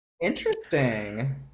Interesting